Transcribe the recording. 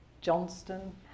Johnston